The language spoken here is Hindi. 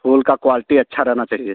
फूल का क्वाल्टी अच्छा रहना चाहिए